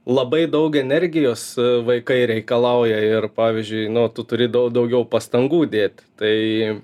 labai daug energijos vaikai reikalauja ir pavyzdžiui nu tu turi dau daugiau pastangų dėt tai